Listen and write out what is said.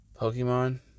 pokemon